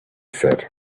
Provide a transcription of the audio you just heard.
said